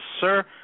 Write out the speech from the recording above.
Sir